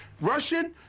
Russian